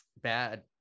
bad